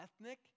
ethnic